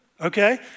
okay